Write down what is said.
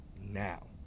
now